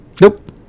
nope